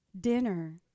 Dinner